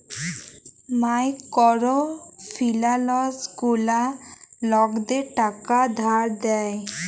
micro ফিলালস গুলা লকদের টাকা ধার দেয়